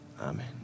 Amen